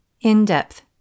In-depth